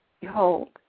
Behold